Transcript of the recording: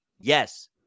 Yes